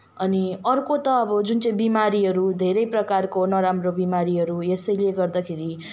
अनि अर्को त अब जुन चाहिँ बिमारीहरू धेरै प्रकारको नराम्रो बिमारीहरू यसैले गर्दाखेरि